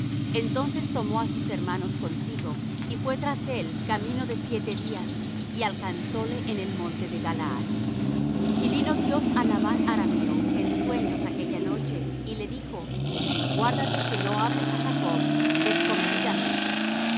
entonces tomó á sus hermanos consigo y fué tras él camino de siete días y alcanzóle en el monte de galaad y vino dios á labán arameo en sueños aquella noche y le dijo guárdate que no hables á jacob